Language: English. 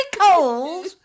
cold